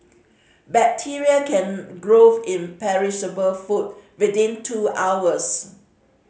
bacteria can growth in perishable food within two hours